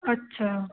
अच्छा